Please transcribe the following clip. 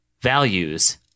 values